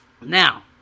Now